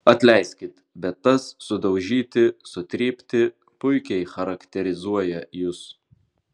atleiskit bet tas sudaužyti sutrypti puikiai charakterizuoja jus